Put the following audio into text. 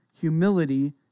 humility